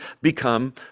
become